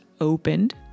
opened